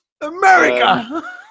America